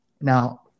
Now